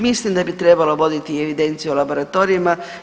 Mislim da bi trebala voditi i evidenciju o laboratorijima.